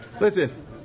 Listen